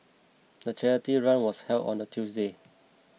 the charity run was held on the Tuesday